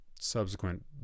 subsequent